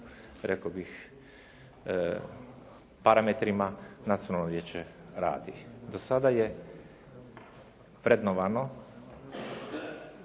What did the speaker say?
rekao bih parametrima Nacionalno vijeće radi. Do sada je vrednovano